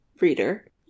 reader